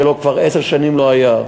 שכבר עשר שנים לא היה.